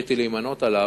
זכיתי להימנות עמו,